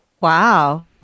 Wow